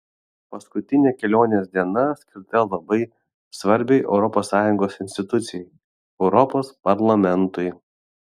paskutinė kelionės diena skirta labai svarbiai europos sąjungos institucijai europos parlamentui